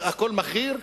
הכול מכיר?